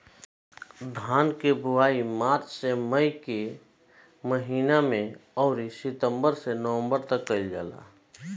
धान के बोआई मार्च से मई के महीना में अउरी सितंबर से नवंबर तकले कईल जाला